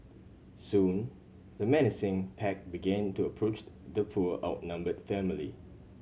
soon the menacing pack began to approach the poor outnumbered family